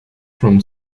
from